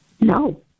No